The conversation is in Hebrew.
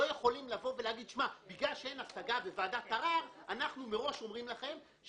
לא יכולים להגיד: בגלל שאין השגה ואין ועדת ערר אנחנו מראש אומרים לכם,